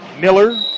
Miller